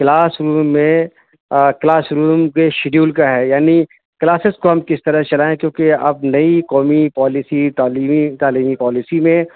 class room میں class room کے schedule کا ہے یعنی کلاسیز کو ہم کس طرح چلائیں کیونکہ اب نئی قومی پالیسی تعلیمی تعلیمی پالیسی میں